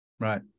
Right